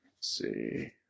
see